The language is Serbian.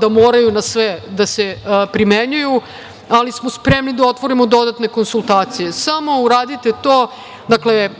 da moraju na sve da se primenjuju, ali smo spremni da otvorimo dodatne konsultacije. Samo uradite to.